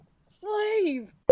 slave